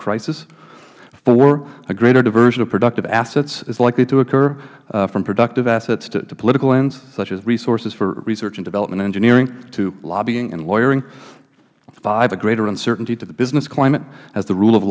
crisis four a greater diversion of productive assets is likely to occur from productive assets to political ends such as resources for research and development engineering to lobbying and lawyering five a greater uncertainty to the business climate as the rule of